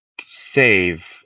save